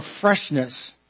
freshness